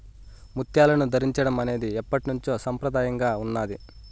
ముత్యాలను ధరించడం అనేది ఎప్పట్నుంచో సంప్రదాయంగా ఉన్నాది